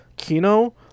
kino